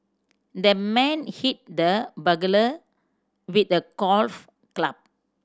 the man hit the burglar with a golf club